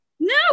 No